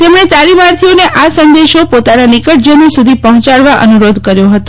તેમણે તાલીમાર્થીઓને આ સંદેશો પોતાના નિકટજનો સુધી પહોંચાડવા અનુરોધકર્યો હતો